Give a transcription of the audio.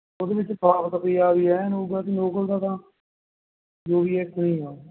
ਉਹਦੇ ਵਿੱਚ ਸਾਫ ਸਫਾਈ ਵੀ ਐਨ ਹੋਵੇਗਾ ਅਤੇ ਲੋਕਲ ਦਾ ਤਾਂ ਜੋ ਵੀ ਹੈ ਐਂਕਣੀ ਹੈ